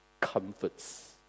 comforts